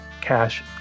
Cash